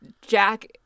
Jack